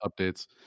updates